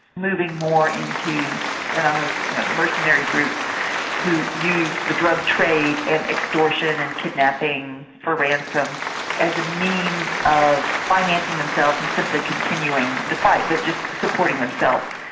moving more into an almost mercenary group who use the drug trade and extortion and kidnapping for ransom as a means of financing themselves and simply continuing the fight but just supporting themselves,